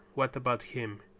what about him?